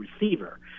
receiver